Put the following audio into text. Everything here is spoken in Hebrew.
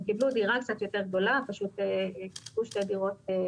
הם קיבלו דירה קצת יותר גדולה פשוט חיברו שתי דירות,